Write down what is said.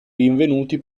rinvenuti